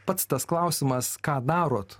pats tas klausimas ką darot